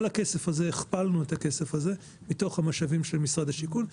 על הכסף הזה הכפלנו את הכסף הזה מתוך המשאבים של משרד השיכון,